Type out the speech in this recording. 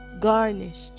garnished